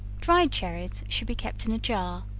dried cherries should be kept in a jar,